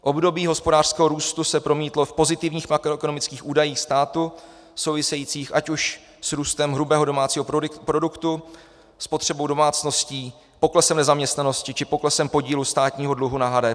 Období hospodářského růstu se promítlo v pozitivních makroekonomických údajích státu souvisejících ať už s růstem hrubého domácího produktu, spotřebou domácností, poklesem nezaměstnanosti či poklesem podílu státního dluhu na HDP.